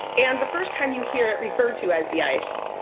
and the first time you hear it referred to as! the ice,